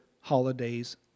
holidays